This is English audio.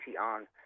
on